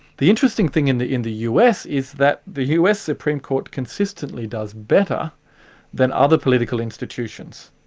the interesting thing in the in the us is that the us supreme court consistently does better than other political institutions.